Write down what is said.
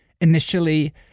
initially